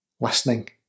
listening